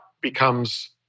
becomes